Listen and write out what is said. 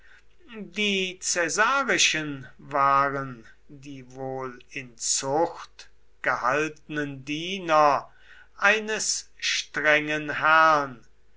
die caesarischen waren die wohl in zucht gehaltenen diener eines strengen herrn